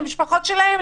למשפחות שלהן,